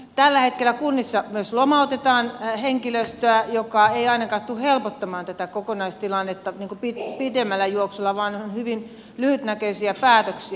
tällä hetkellä kunnissa myös lomautetaan henkilöstöä mikä ei ainakaan tule helpottamaan tätä kokonaistilannetta pidemmällä juoksulla vaan nämä ovat hyvin lyhytnäköisiä päätöksiä